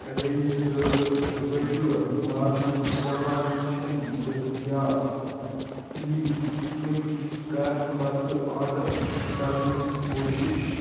ریٚیہِ تہٕ ؤٹلہٕ مارنُک دوا چھِ نہٕ دٔستِیاب پُلیٖز تِم کَر پتہٕ آرڈر کَرنٕچ کوٗشِش